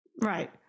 right